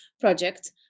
project